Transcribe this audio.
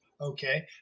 okay